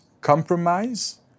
compromise